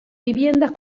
viviendas